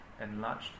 enlarged